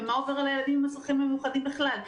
מה עובר על ילדים עם צרכים מיוחדים בכלל.